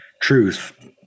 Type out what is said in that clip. truth